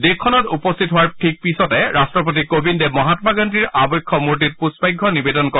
দেশখনত উপস্থিত হোৱাৰ ঠিক পিছতে ৰাট্টপতি কোবিন্দে মহাম্মা গান্ধীৰ আবক্ষ মূৰ্তিত পুষ্পাৰ্ঘ নিবেদন কৰে